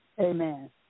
Amen